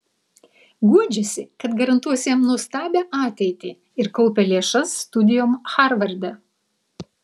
guodžiasi kad garantuos jam nuostabią ateitį ir kaupia lėšas studijoms harvarde